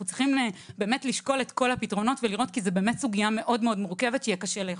צריכים לשקול את כל הפתרונות כי זו סוגייה מאוד מורכבת שיהיה קשה לאכוף.